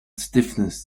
stiffness